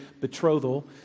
betrothal